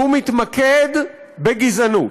והוא מתמקד בגזענות.